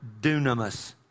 dunamis